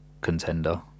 contender